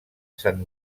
sant